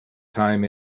time